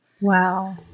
Wow